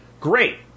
Great